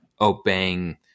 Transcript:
obeying